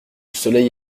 soleil